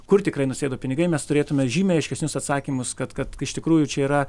kur tikrai nusėdo pinigai mes turėtume žymiai aiškesnius atsakymus kad kad iš tikrųjų čia yra